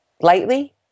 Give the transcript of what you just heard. lightly